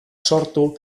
sortu